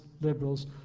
liberals